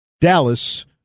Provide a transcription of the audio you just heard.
Dallas